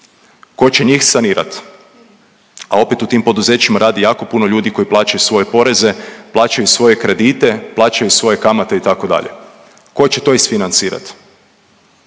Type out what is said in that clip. Ko će njih sanirat? A opet u tim poduzećima radi jako puno ljudi koji plaćaju svoje poreze, plaćaju svoje kredite, plaćaju svoje kamate itd., ko će to isfinancirat?